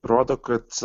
rodo kad